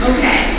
Okay